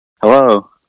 Hello